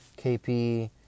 KP